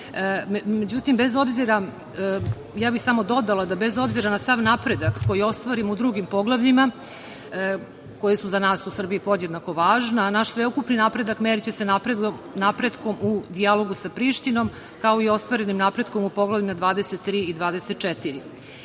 Prištine.Međutim, bez obzira, ja bih samo dodala da bez obzira na sav napredak koji ostvarimo u drugim poglavljima koja su za nas u Srbiji podjednako važna, a naš sveukupni napredak meriće se napretkom u dijalogu sa Prištinom, kao i ostvarenom napretku u Poglavljima 23 i 24.Kao